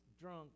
drunk